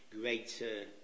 greater